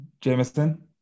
Jameson